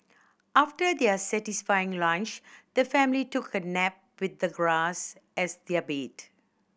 after their satisfying lunch the family took a nap with the grass as their bed